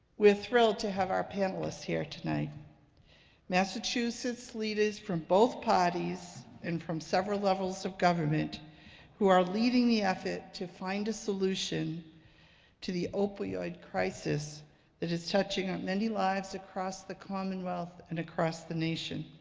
we're thrilled to have our panelists here tonight massachusetts leaders from both parties and from several levels of government who are leading the effort to find a solution to the opioid crisis that is touching on many lives across the commonwealth and across the nation.